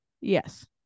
Yes